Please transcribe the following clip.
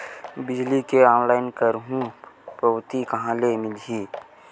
बिजली के ऑनलाइन करहु पावती कहां ले मिलही?